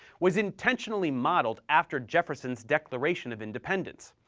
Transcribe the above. was intentionally modeled after jefferson's declaration of independence,